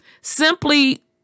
simply